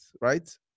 right